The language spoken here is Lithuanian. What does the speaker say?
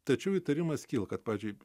tačiau įtarimas kyla kad pavyzdžiui